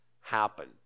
happen